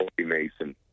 Mason